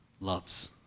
loves